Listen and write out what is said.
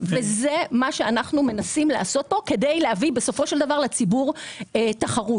וזה מה שאנחנו מנסים לעשות פה כדי להביא לציבור תחרות.